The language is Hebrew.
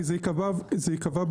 כי זה ייקבע ברישיון.